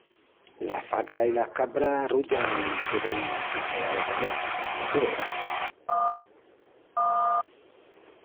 Las vacas i las cabras arrullan deque vein a quien le da de comel, pos tu vedrás.